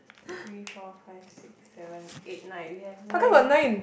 three four five six seven eight nine we have nine